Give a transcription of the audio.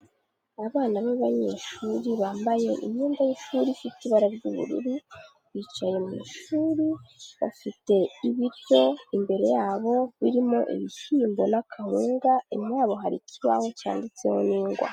Abana b'abanyeshuri bambaye imyenda y'ishuri ifite ibara ry'ubururu, bicaye mu ishuri bafite ibiryo imbere yabo; birimo ibishyimbo na kawunga, inyuma yabo hari ikibaho cyanditseho n'ingwa.